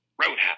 roadhouse